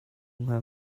hnga